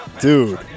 Dude